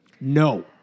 No